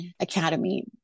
academy